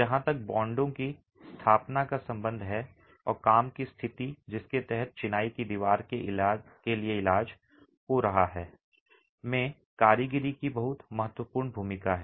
जहां तक बांडों की स्थापना का संबंध है और काम की स्थिति जिसके तहत चिनाई की दीवार के लिए इलाज हो रहा है में कारीगरी की बहुत महत्वपूर्ण भूमिका है